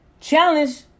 challenge